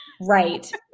Right